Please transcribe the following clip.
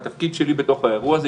והתפקיד שלי בתוך האירוע הזה,